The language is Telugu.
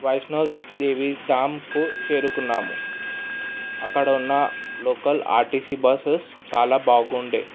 వైష్ణవి దేవి ధాంకు చేరుకున్నాము అక్కడున్న లోకల్ ఆర్టీసీ బస్సెస్ చాలా బాగుండే